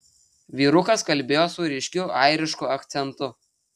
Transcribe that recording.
vyrukas kalbėjo su ryškiu airišku akcentu